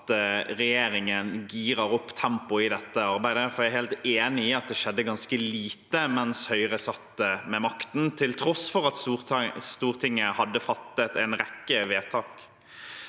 at regjeringen girer opp tempoet i dette arbeidet, for jeg er helt enig i at det skjedde ganske lite mens Høyre satt med makten, til tross for at Stortinget hadde fattet en rekke vedtak.